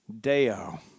Deo